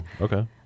okay